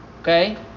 Okay